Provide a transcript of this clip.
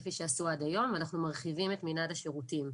כפי שעשו עד היום ואנחנו גם מרחיבים את מנעד השירותים.